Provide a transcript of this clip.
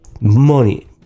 money